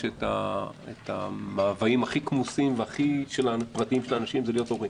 את המאוויים הכי כמוסים והכי --- של האנשים זה להיות הורים,